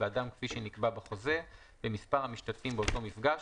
לאדם כפי שנקבע בחוזה במספר המשתתפים באותו מפגש,